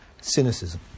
Cynicism